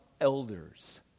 elders